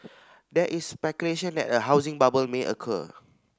there is speculation that a housing bubble may occur